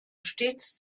stets